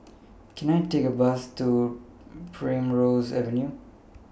Can I Take A Bus to Primrose Avenue